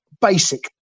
basic